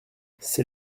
c’est